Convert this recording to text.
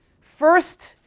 first